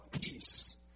peace